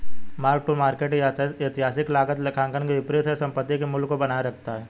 mark to market ऐतिहासिक लागत लेखांकन के विपरीत है यह संपत्ति के मूल्य को बनाए रखता है